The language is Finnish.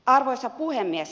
arvoisa puhemies